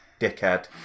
dickhead